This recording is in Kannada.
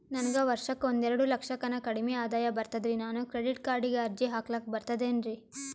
ನನಗ ವರ್ಷಕ್ಕ ಒಂದೆರಡು ಲಕ್ಷಕ್ಕನ ಕಡಿಮಿ ಆದಾಯ ಬರ್ತದ್ರಿ ನಾನು ಕ್ರೆಡಿಟ್ ಕಾರ್ಡೀಗ ಅರ್ಜಿ ಹಾಕ್ಲಕ ಬರ್ತದೇನ್ರಿ?